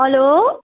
hello